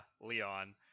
Leon